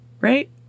right